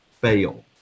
fail